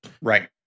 Right